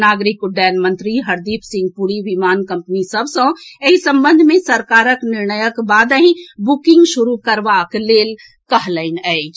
नागरिक उड्डयन मंत्री हरदीप सिंह पुरी विमान कम्पनी सभ सँ एहि संबंध मे सरकारक निर्णयक बादहि बुकिंग शुरू करबाक लेल कहलनि अछि